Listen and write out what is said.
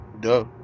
Duh